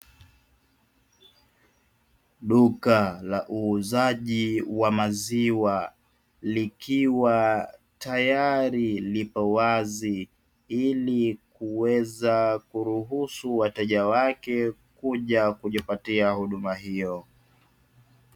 Duka la uuzaji wa maziwa likiwa tayari lipo wazi, ili kuweza kuruhusu wateja wake kuja kujipatia huduma hiyo.